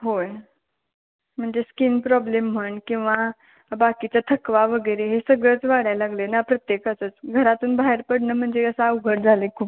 होय म्हणजे skin problem म्हण किंवा बाकीचा थकवा वगैरे हे सगळंच वाढायला लागलं आहे ना प्रत्येकाचंच घरातून बाहेर पडणं म्हणजे आता अवघड झालं आहे खूप